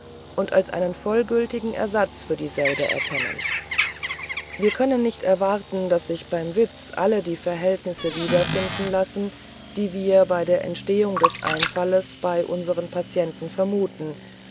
und als einen vollgültigen ersatz für dieselbe erkennen wir können nicht erwarten daß sich beim witz alle die verhältnisse widerfinden lassen die wir bei der entstehung des einfalles bei unseren patienten vermuten